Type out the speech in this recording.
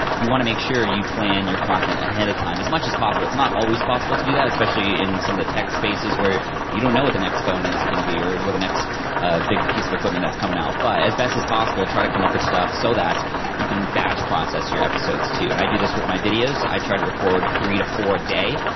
you wanna make sure you plan your content ahead of time, as much as possible. it's not always possible to do that especially in some of the tech spaces where you don't know what the next phone is gonna be, or what the next big piece of equipment that's coming out. but as best as possible, try to come up with stuff, so that you can batch process your episodes too. and i do this with my videos, i try to record three to four a day,